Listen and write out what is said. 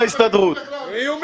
שהוקם לפני מועד התחילה אנחנו מתכוונים